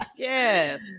Yes